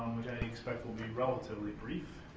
expect will be relatively brief.